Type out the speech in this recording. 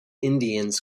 indians